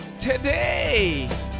today